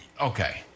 Okay